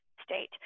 state